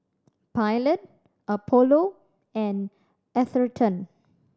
Pilot Apollo and Atherton